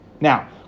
Now